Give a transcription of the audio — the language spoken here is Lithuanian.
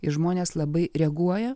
ir žmonės labai reaguoja